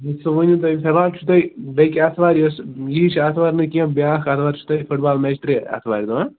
ولٮ۪و سا ؤنِو تُہۍ سوال چھُو تۄہہِ بیٚکہِ آتھوارِ یۄس یہِ ہِش آتھوار نہٕ کیٚنٛہہ بیٛاکھ آتھوار چھِ تۄہہِ فُٹ بال میچ ترٛےٚ آتھوارِ دۄہ